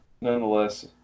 nonetheless